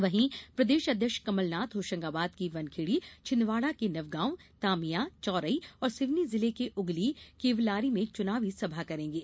वहीं प्रदेश अध्यक्ष कमलनाथ होशंगाबाद की वनखेड़ी छिन्दवाड़ा के नवगॉव तामिया चौरई और सिवनी जिले के उगली केवलारी में चुनाव सभा करेंगे